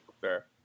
Fair